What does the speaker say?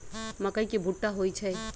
मकई के भुट्टा होई छई